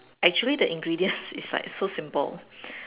actually the ingredients is like so simple